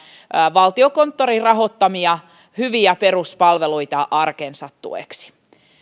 valtiokonttorin rahoittamia hyviä peruspalveluita arkensa tueksi